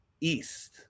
east